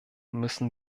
müssen